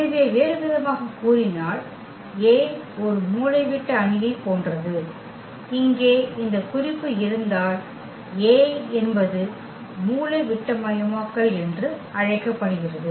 எனவே வேறுவிதமாகக் கூறினால் A ஒரு மூலைவிட்ட அணியைப் போன்றது இங்கே இந்த குறிப்பு இருந்தால் A என்பது மூலைவிட்டமாக்கல் என்று அழைக்கப்படுகிறது